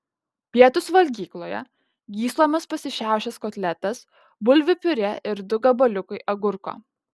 pietūs valgykloje gyslomis pasišiaušęs kotletas bulvių piurė ir du gabaliukai agurko